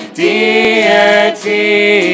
deity